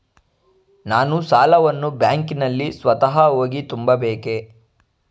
ನಾನು ಸಾಲವನ್ನು ಬ್ಯಾಂಕಿನಲ್ಲಿ ಸ್ವತಃ ಹೋಗಿ ತುಂಬಬೇಕೇ?